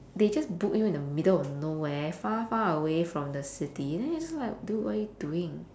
they just book you in the middle of nowhere far far away from the city then it's just like dude what are you doing